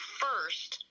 first